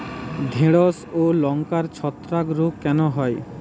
ঢ্যেড়স ও লঙ্কায় ছত্রাক রোগ কেন হয়?